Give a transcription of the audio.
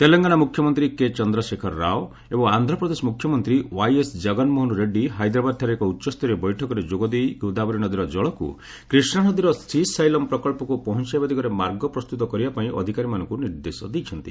ତେଲଙ୍ଗାନା ମୁଖ୍ୟମନ୍ତ୍ରୀ କେଚନ୍ଦ୍ରଶେଖର ରାଓ ଏବଂ ଆନ୍ଧ୍ରପ୍ରଦେଶ ମୁଖ୍ୟମନ୍ତ୍ରୀ ୱାଇଏସ୍ କଗନମୋହନ ରେଡ଼ୁୀ ହାଇଦ୍ରାବାଦଠାରେ ଏକ ଉଚ୍ଚସ୍ତରୀୟ ବୈଠକରେ ଯୋଗଦେଇ ଗୋଦାବରୀ ନଦୀର ଜଳକୁ କ୍ରିଷ୍ଣାନଦୀର ଶ୍ରୀସାଇଲମ୍ ପ୍ରକଳ୍ପକୁ ପହଞ୍ଚାଇବା ଦିଗରେ ମାର୍ଗ ପ୍ରସ୍ତୁତ କରିବା ପାଇଁ ଅଧିକାରୀମାନଙ୍କୁ ନିର୍ଦ୍ଦେଶ ଦେଇଛନ୍ତି